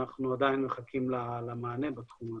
שאנחנו עדיין מחכים למענה בתחום הזה.